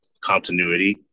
continuity